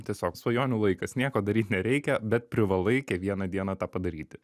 tiesiog svajonių laikas nieko daryt nereikia bet privalai kiekvieną dieną tą padaryti